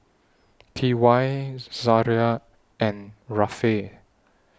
T Y Zariah and Rafe